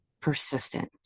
persistent